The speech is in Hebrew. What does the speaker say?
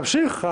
תמשיך.